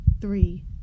three